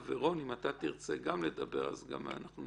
רון, אם אתה תרצה גם לדבר, אנחנו גם נשמח,